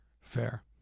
Fair